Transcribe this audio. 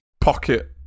pocket